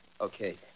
Okay